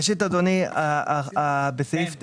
אדוני, בסעיף 9(א)